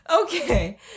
Okay